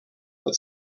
that